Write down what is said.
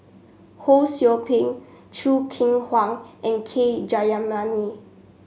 Ho Sou Ping Choo Keng Kwang and K Jayamani